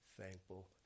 thankful